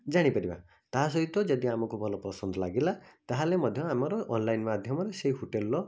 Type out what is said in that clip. ଜାଣିପାରିବା ତା'ସହିତ ଯଦି ଆମକୁ ଭଲ ପସନ୍ଦ ଲାଗିଲା ତା'ହେଲେ ମଧ୍ୟ ଆମର ଅନ୍ଲାଇନ୍ ମାଧ୍ୟମରେ ସେ ହୋଟେଲ୍ର